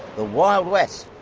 the wild west.